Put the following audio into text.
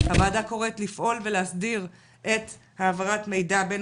הוועדה קוראת לפעול ולהסדיר את העברת מידע בין